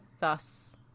thus